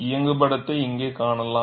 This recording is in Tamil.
இயங்குபடத்தை இங்கே காணலாம்